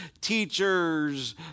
teachers